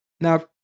Now